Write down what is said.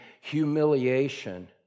humiliation